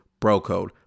BROCODE